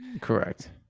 Correct